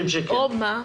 או מה?